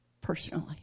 personally